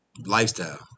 Lifestyle